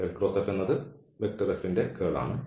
ഇത് F എന്നത് F ന്റെ കേൾ ആണ്